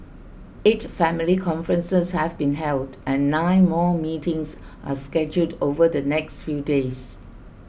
eight family conferences have been held and nine more meetings are scheduled over the next few days